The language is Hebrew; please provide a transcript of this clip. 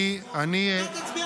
אתה תצביע נגד זה?